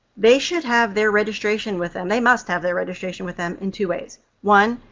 they should have their registration with them. they must have their registration with them in two ways one,